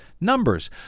numbers